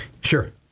Sure